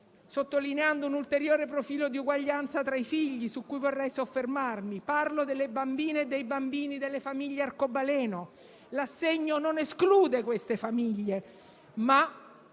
sottolineando un ulteriore profilo di uguaglianza tra i figli su cui vorrei soffermarmi. Parlo delle bambine e dei bambini delle famiglie arcobaleno; l'assegno non esclude tali famiglie e